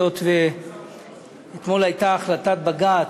היות שאתמול הייתה החלטת בג"ץ,